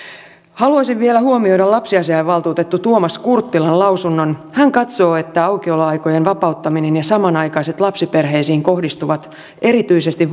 haluaisin vielä huomioida lapsiasiavaltuutettu tuomas kurttilan lausunnon hän katsoo että aukioloaikojen vapauttaminen ja samanaikaiset lapsiperheisiin kohdistuvat erityisesti